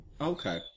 Okay